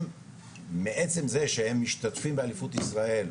הם מעצם זה שהם משתתפים באליפות ישראל,